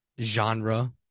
genre